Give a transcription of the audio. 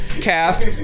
calf